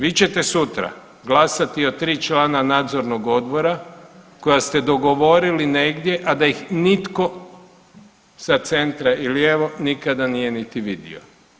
Vi ćete sutra glasati o 3 člana nadzornog odbora koja ste dogovorili negdje, a da ih nitko sa centra i lijevo nikada nije niti vidio.